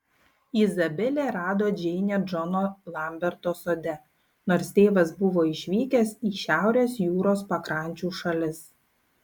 izabelė rado džeinę džono lamberto sode nors tėvas buvo išvykęs į šiaurės jūros pakrančių šalis